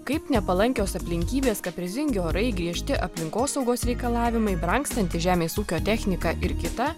kaip nepalankios aplinkybės kaprizingi orai griežti aplinkosaugos reikalavimai brangstantys žemės ūkio technika ir kita